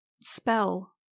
spell